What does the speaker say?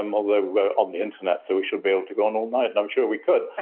um although we are on the internet, so we should be able to go on all night and i'm sure we could!